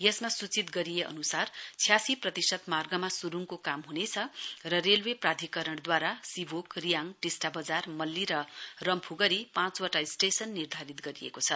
यसमा सूचित गरिए अनुसार छ्यासी प्रतिशत मार्गमा सुरूङको काम ह्नेछ र रेल्वे प्राधिकरणद्वारा सिभोक रियाङ टिस्टा बजार मल्ली र रम्फू गरी पाँचवटा स्टेशन निर्धारित गरिएको छ